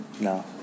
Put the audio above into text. No